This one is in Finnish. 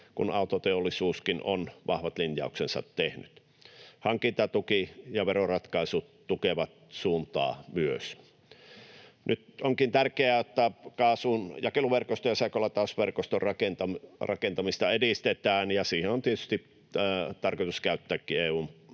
kun autoteollisuuskin on vahvat linjauksensa tehnyt. Hankintatuki ja veroratkaisu tukevat suuntaa myös. Nyt onkin tärkeää, että kaasun jakeluverkoston ja sähkölatausverkoston rakentamista edistetään, ja siihen on tietysti tarkoitus käyttääkin EU:n